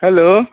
hello